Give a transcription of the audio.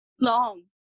Long